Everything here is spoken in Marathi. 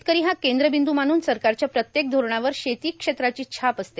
शेतकरां हा कर्द्राबंद् मानून सरकारच्या प्रत्येक धोरणावर शेती क्षेत्राची छाप असते